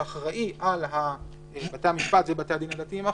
שאחראי על בתי-המשפט ובתי הדין הדתיים האחרים,